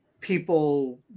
people